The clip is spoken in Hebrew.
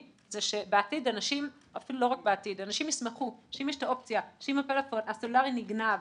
שבעתיד אנשים ישמחו שאם יש את האופציה שאם הפלאפון הסלולרי נגנב,